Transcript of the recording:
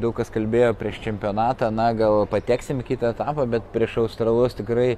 daug kas kalbėjo prieš čempionatą na gal pateksim į kitą etapą bet prieš australus tikrai